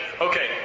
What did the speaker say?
okay